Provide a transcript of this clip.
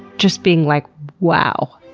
just being like, wow.